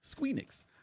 Squeenix